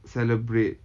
celebrate